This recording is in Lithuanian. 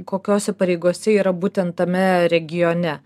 kokiose pareigose yra būtent tame regione